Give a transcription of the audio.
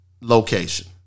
location